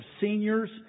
seniors